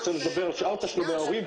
אני רוצה לדבר על שאר תשלומי ההורים.